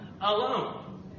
alone